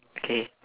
okay